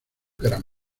gran